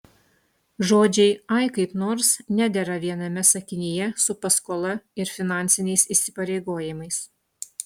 žodžiai ai kaip nors nedera viename sakinyje su paskola ir finansiniais įsipareigojimais